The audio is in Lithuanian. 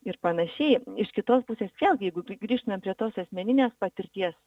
ir panašiai iš kitos pusės vėlgi jeigu grįžtume prie tos asmeninės patirties